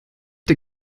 der